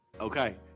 Okay